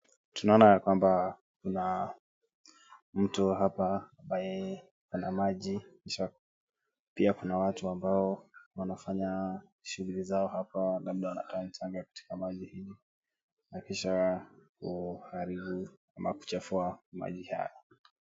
Tunaona ya kwamba kuna mtu hapa ambaye ana maji kisha pia kuna watu ambao wanafanya shughuli zao hapa na naona kama ni tanki ya kuteka maji hii na kisha kuharibu ama kuchafua maji haya.